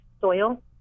soil